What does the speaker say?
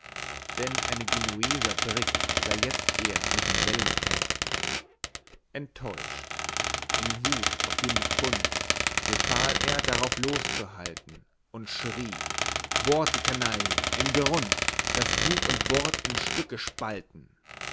denn eine genueser brigg sah jetzt er mit den wellen kämpfen enttäuscht in wuth ob dem befund befahl er darauf los zu halten und schrie bohrt die canaill in grund daß bug und bord in stücke spalten